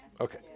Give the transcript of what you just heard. okay